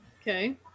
Okay